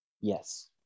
Yes